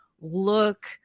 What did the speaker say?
look